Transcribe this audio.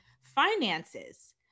finances